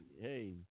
hey